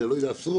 לא יודע אם עשרות,